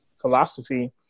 philosophy